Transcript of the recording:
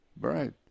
right